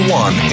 one